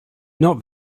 not